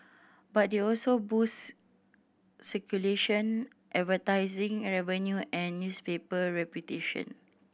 but they also boost circulation advertising and revenue and newspaper reputation